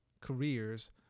careers